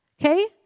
okay